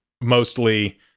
mostly